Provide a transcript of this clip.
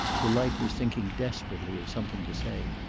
delight was thinking desperately of something to say.